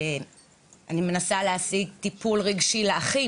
אני מנסה להשיג טיפול רגשי לאחים,